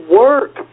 work